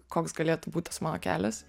koks galėtų būt tas mano kelias